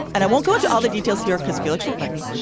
and i won't go into all the details here because felix won't let me,